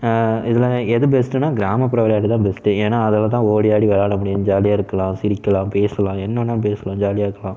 இதில் எது பெஸ்ட்டுன்னால் கிராமப்புற விளையாட்டு தான் பெஸ்ட்டு ஏன்னால் அதில் தான் ஓடியாடி விளையாட முடியும் ஜாலியாக இருக்கலாம் சிரிக்கலாம் பேசலாம் என்ன வேணாலும் பேசலாம் ஜாலியாக இருக்கலாம்